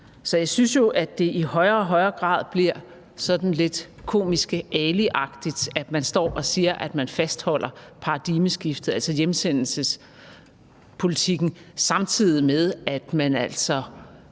Så jeg synes jo, at det i højere og højere grad bliver sådan lidt Komiske Ali-agtigt, at man står og siger, at man fastholder paradigmeskiftet, altså hjemsendelsespolitikken, samtidig med at man altså